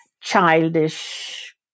childish